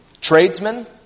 tradesmen